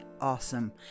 awesome